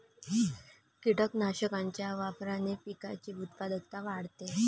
कीटकनाशकांच्या वापराने पिकाची उत्पादकता वाढते